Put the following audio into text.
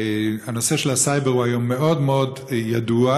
הנושא של הסייבר הוא היום מאוד מאוד ידוע.